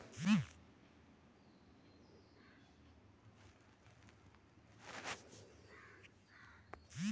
মাঝে মধ্যে ফল চাষের সময় গাছকে ছাঁটতে হয়